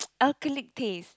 alkalic taste